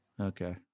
Okay